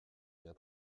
bien